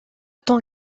tant